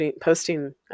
posting